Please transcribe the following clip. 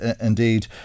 indeed